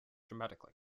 dramatically